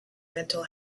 mental